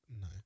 No